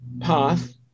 path